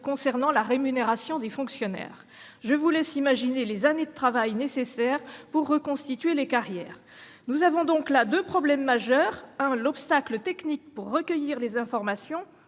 concernant la rémunération des fonctionnaires ! Je vous laisse imaginer les années de travail nécessaires pour reconstituer les carrières. Nous avons donc là deux problèmes majeurs : l'obstacle technique pour recueillir les informations